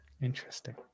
Interesting